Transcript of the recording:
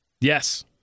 Yes